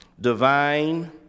divine